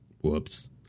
Whoops